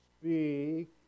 speak